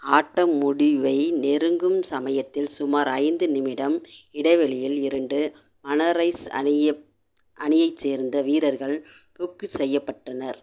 ஆட்டம் முடிவை நெருங்கும் சமயத்தில் சுமார் ஐந்து நிமிடம் இடைவெளியில் இரண்டு மனரைஸ் அணிய அணியைச் சேர்ந்த வீரர்கள் புக்கு செய்யப்பட்டனர்